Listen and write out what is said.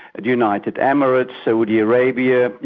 the united emirates, saudi arabia,